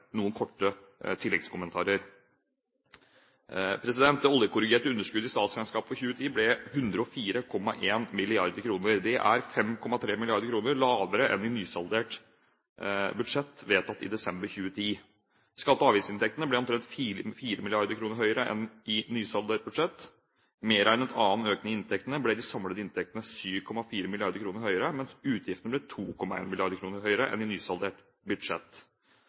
noen korte tilleggskommentarer. Det oljekorrigerte underskuddet i statsregnskapet for 2010 ble 104,1 mrd. kr. Det er 5,3 mrd. kr lavere enn i nysaldert budsjett, vedtatt i desember 2010. Skatte- og avgiftsinntektene ble omtrent 4 mrd. kr høyere enn i nysaldert budsjett. Medregnet annen økning i inntektene ble de samlede inntektene 7,4 mrd. kr høyere, mens utgiftene ble 2,1 mrd. kr høyere enn i nysaldert budsjett.